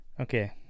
Okay